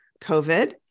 COVID